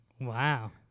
Wow